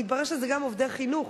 מתברר שזה גם עובדי חינוך,